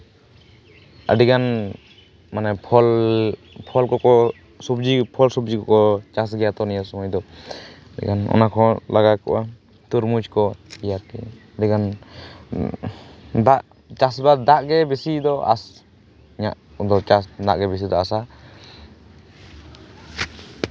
ᱟᱹᱰᱤᱜᱟᱱ ᱢᱟᱱᱮ ᱯᱷᱚᱞ ᱯᱷᱚᱞ ᱠᱚᱠᱚ ᱥᱚᱵᱽᱡᱤ ᱯᱷᱚᱞ ᱥᱚᱵᱽᱡᱤ ᱠᱚᱠᱚ ᱪᱟᱥ ᱜᱮᱭᱟ ᱛᱚ ᱱᱤᱭᱟᱹ ᱥᱚᱢᱚᱭ ᱫᱚ ᱚᱱᱟ ᱦᱚᱸ ᱞᱟᱜᱟᱣ ᱠᱚᱜᱼᱟ ᱛᱚᱨᱢᱩᱡᱽ ᱠᱚ ᱮᱭ ᱟᱨᱠᱤ ᱡᱚᱠᱷᱚᱱ ᱡᱚᱠᱷᱚᱱ ᱫᱟᱜ ᱪᱟᱥᱼᱵᱟᱥ ᱫᱟᱜ ᱜᱮ ᱵᱮᱥᱤ ᱫᱚ ᱟᱸᱥ ᱤᱧᱟᱹᱜ ᱫᱚ ᱪᱟᱥ ᱨᱮᱱᱟᱜ ᱜᱮ ᱵᱮᱥᱤ ᱫᱚ ᱟᱥᱟ